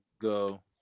go